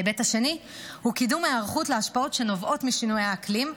ההיבט השני הוא קידום ההיערכות להשפעות שנובעות משינוי האקלים,